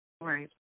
Right